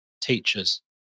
Teachers